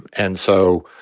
and so,